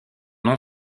nom